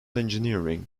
engineering